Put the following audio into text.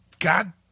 God